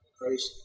Christ